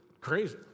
crazy